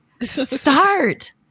Start